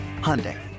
Hyundai